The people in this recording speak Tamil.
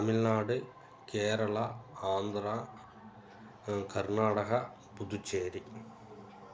தமிழ்நாடு கேரளா ஆந்திரா கர்நாடகா புதுச்சேரி